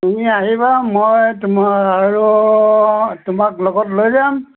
তুমি আহিবা মই তোমাৰ আৰু তোমাক লগত লৈ যাম